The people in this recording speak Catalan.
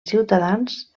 ciutadans